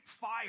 fire